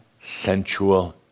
sensual